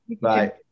Bye